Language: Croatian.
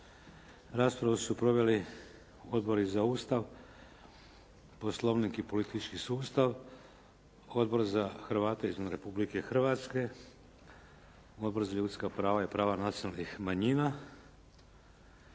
Raspravu su proveli Odbori za Ustav, Poslovnik i politički sustav, Odbor za Hrvate izvan Republike Hrvatske, Odbor za ljudska prava i prava nacionalnih manjina.